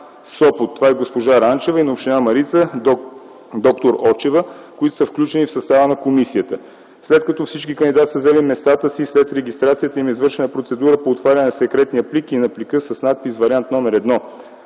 Сопот – това е госпожа Ранчева, и на община „Марица” – д-р Очева, които са включени в състава на комисията. След като всички кандидати са заели местата си, след регистрацията им е извършена процедура по отваряне на секретния плик и на плика с надпис „Вариант № 1”.